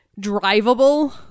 drivable